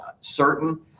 certain